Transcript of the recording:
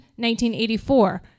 1984